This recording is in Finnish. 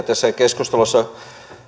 tässä keskustelussa